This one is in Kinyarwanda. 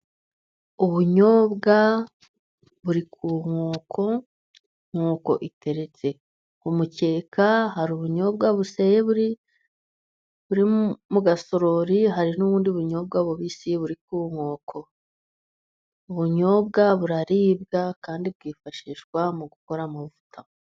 Ubunyobwa buri ku nkoko, inkoko iteretse kumukeka, hari ubunyobwa buseye buri mu gasorori, hari n'ubundi bunyobwa bubisi buri ku nkoko, ubunyobwa buraribwa, kandi bwifashishwa mu gukora amavuta.